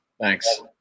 Thanks